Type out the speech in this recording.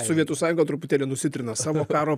sovietų sąjunga truputėlį nusitrina savo karo